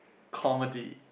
comedy